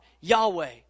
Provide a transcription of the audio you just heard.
Yahweh